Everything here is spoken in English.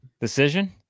decision